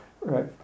Right